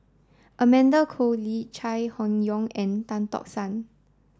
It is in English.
Amanda Koe Lee Chai Hon Yoong and Tan Tock San